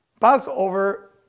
Passover